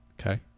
Okay